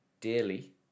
daily